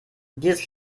dieses